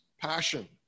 passion